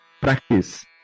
practice